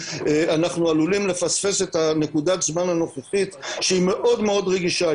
אנחנו עלולים לפספס את נקודת הזמן הנוכחית שהיא מאוד רגישה.